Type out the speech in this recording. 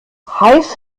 heiß